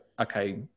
okay